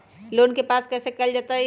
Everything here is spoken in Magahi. लोन के वापस कैसे कैल जतय?